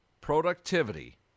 productivity